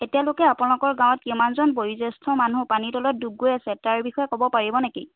এতিয়ালৈকে আপোনালোকৰ গাঁৱত কিমানজন বয়োজ্যেষ্ঠ মানুহ পানীৰ তলত ডুব গৈ আছে তাৰ বিষয়ে ক'ব পাৰিব নেকি